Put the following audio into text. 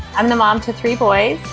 i'm the mom to three boys,